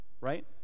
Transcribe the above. Right